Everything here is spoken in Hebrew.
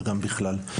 וגם בכלל.